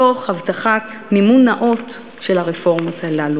תוך הבטחת מימון נאות של הרפורמות הללו.